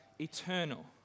eternal